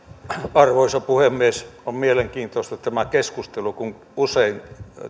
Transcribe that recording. arvoisa puhemies on mielenkiintoista tämä keskustelu kun usein